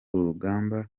ruganda